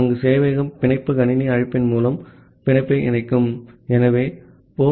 சேவையக பக்கத்திலிருந்து கிளையன்ட் பக்கத்திலிருந்து தரவைப் பெற அழைப்பிலிருந்து இதைப் பெறுகிறோம்